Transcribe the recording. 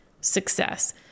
success